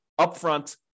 upfront